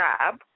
job